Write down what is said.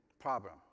problem